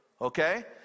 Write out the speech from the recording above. Okay